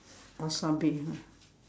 wasabi ah